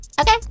Okay